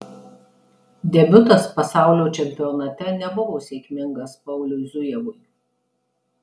debiutas pasaulio čempionate nebuvo sėkmingas pauliui zujevui